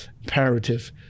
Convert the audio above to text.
imperative